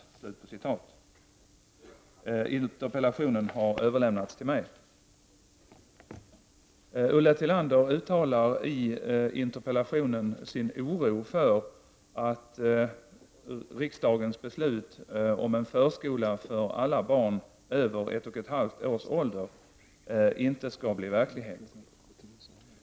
Interpellationen har överlämnats till mig. Ulla Tillander uttalar i interpellationen sin oro för att riksdagens beslut om en förskola för alla barn över 1 1/2 års ålder inte skall bli verklighet.